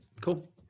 Cool